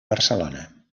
barcelona